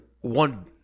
One